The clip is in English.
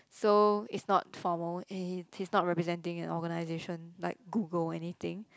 so it's not formal and he is he is not representing an organization like Google anything